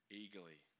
eagerly